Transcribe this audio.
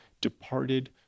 departed